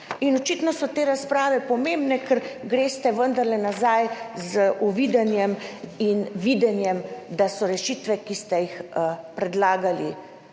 Očitno so te razprave pomembne, ker greste vendarle nazaj z uvidom in videnjem, da so rešitve, ki ste jih predlagali,